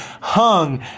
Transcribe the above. hung